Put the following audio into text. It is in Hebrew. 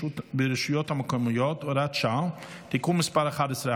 ברשויות המקומיות (הוראת שעה) (תיקון מס' 11),